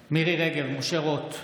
נוכח מירי מרים רגב, אינה נוכחת משה רוט,